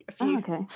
Okay